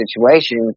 situation